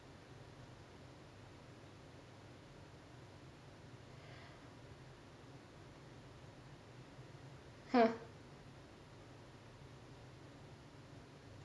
!huh!